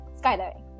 Skydiving